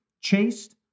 chaste